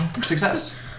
Success